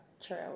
True